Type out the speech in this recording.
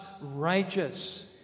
righteous